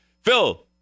Phil